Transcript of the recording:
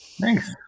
Thanks